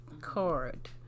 card